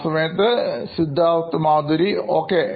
Siddharth Maturi CEO Knoin Electronics ഒക്കെ